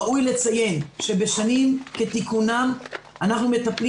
ראוי לציין שבשנים כתיקונן אנחנו מטפלים